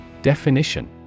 Definition